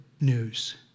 news